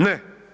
Ne.